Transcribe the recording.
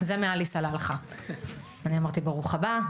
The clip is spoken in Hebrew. אני אנסה לדבר בקול